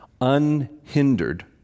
unhindered